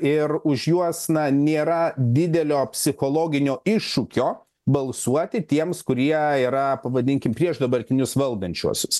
ir už juos na nėra didelio psichologinio iššūkio balsuoti tiems kurie yra pavadinkim prieš dabartinius valdančiuosius